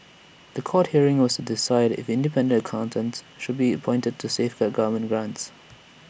The Court hearing was to decide if independent accountants should be appointed to safeguard government grants